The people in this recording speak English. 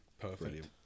perfect